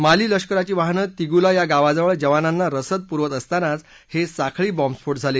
माली लष्कराची वाहनं तिगुला या गावाजवळ जवानांना रसद पुरवत असतानाच हे साखळी बॉम्बस्फोट झाले